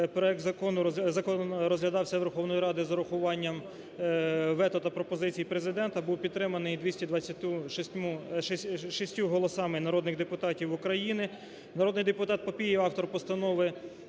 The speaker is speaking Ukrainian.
проект закону розглядався Верховною Радою з врахуванням вето та пропозицій Президента, був підтриманий 226 голосами народних депутатів України. Народний депутат Папієв, автор постанови,